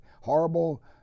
horrible